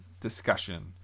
discussion